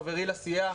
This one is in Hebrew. חברי לסיעה,